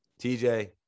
TJ